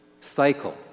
cycle